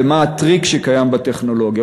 ומה הטריק שקיים בטכנולוגיה.